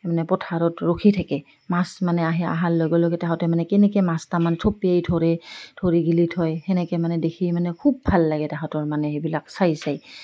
মানে পথাৰত ৰখি থাকে মাছ মানে আহে আহাৰ লগে লগে তাহাঁতে মানে কেনেকৈ মাছ তামানে থপিয়াই ধৰে ধৰি গিলি থয় তেনেকৈ মানে দেখি মানে খুব ভাল লাগে তাহাঁতৰ মানে সেইবিলাক চাই চাই